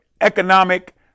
economic